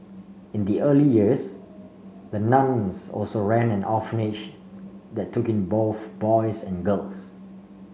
in the early years the nuns also ran an orphanage that took in both boys and girls